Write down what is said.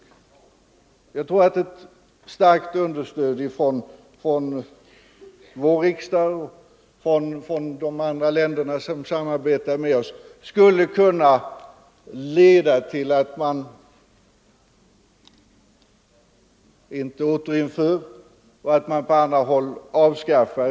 Jag tror att ett starkt understöd från vår riksdag och från övriga länder som samarbetar med oss skulle kunna leda till att dödsstraffet på en del håll inte återinförs eller att det på andra håll avskaffas.